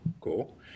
cool